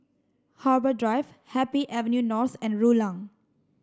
Harbour Drive Happy Avenue North and Rulang